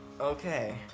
Okay